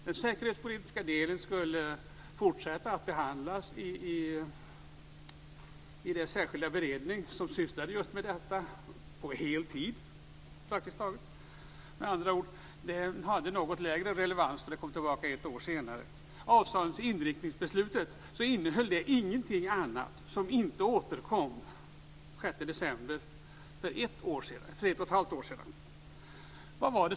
Den säkerhetspolitiska delen skulle behandlas vidare i den särskilda beredning som sysslade med just detta, praktiskt taget på heltid. Den delen hade något lägre relevans när den kom tillbaka ett år senare. Inriktningsbeslutet innehöll ingenting som inte återkom den Vad stod då kvar?